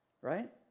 right